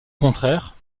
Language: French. contraire